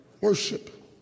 worship